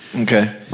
Okay